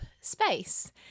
Space